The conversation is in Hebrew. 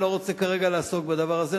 אני לא רוצה כרגע לעסוק בדבר הזה,